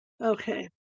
Okay